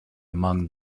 among